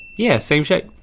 yeah, same shape.